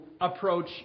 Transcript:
approach